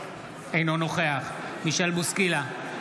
אינו נוכח מישל בוסקילה,